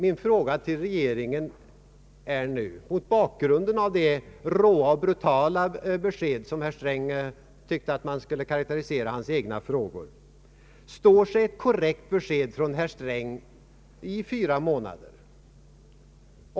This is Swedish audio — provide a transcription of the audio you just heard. Min fråga till regeringen är nu mot bakgrunden av det ”råa och brutala” beskedet från herr Sträng: Står sig ett besked från herr Sträng i fyra månader?